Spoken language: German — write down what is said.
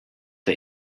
der